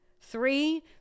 three